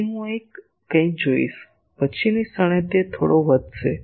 તેથી હું અહીં કંઈક જોઈશ પછીની ક્ષણે તે થોડો વધશે